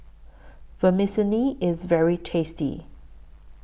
Vermicelli IS very tasty